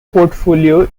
portfolio